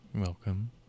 Welcome